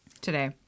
today